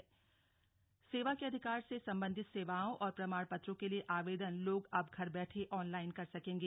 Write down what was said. online आवेदन सेवा के अधिकार से सबंधित सेवाओं और प्रमाणपत्रों के लिये आवेदन लोग अब घर बैठे ऑनलाइन कर सकेंगे